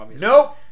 No